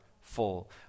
full